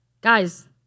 Guys